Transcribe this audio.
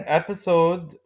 episode